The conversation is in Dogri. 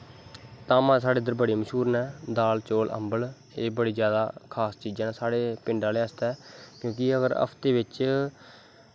धामां साढ़ै इद्धर बड़ी जैदा मश्हूर न दाल चौल अम्बल एह् बड़ी खास चीजां न साढ़ै पिंड आह्लें आस्तै क्योंकि एह् अगर हफ्ते बिच्च